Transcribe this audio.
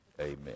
Amen